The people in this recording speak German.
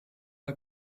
bei